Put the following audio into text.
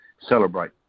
celebrate